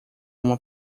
uma